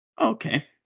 Okay